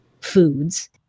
foods